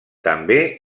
també